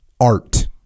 art